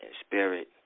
spirit